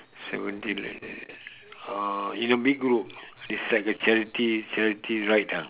seventy uh in a big group it's like a charity charity ride ah